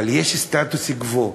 אבל יש סטטוס קוו.